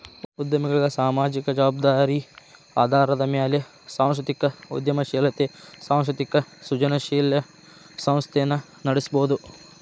ಉದ್ಯಮಿಗಳ ಸಾಮಾಜಿಕ ಜವಾಬ್ದಾರಿ ಆಧಾರದ ಮ್ಯಾಲೆ ಸಾಂಸ್ಕೃತಿಕ ಉದ್ಯಮಶೇಲತೆ ಸಾಂಸ್ಕೃತಿಕ ಸೃಜನಶೇಲ ಸಂಸ್ಥೆನ ನಡಸಬೋದು